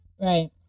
right